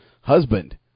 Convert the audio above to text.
husband